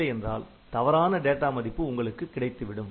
இல்லையென்றால் தவறான டேட்டா மதிப்பு உங்களுக்கு கிடைத்துவிடும்